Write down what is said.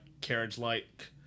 carriage-like